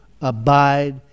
abide